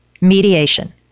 mediation